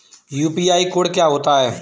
UPI code क्या होता है?